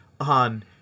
on